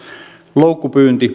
loukkupyynti